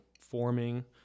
forming